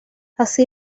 así